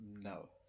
No